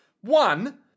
one